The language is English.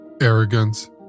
arrogance